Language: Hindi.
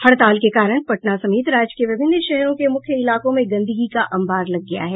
हड़ताल के कारण पटना समेत राज्य के विभिन्न शहरों के मुख्य इलाकों में गंदगी का अंबार लग गया है